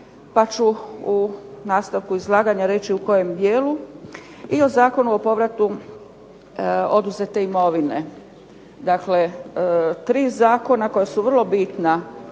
pa ću u nastavku izlaganja reći u kojem dijelu, i o Zakonu o povratu oduzete imovine, dakle tri zakona koja su vrlo bitna,